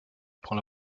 prend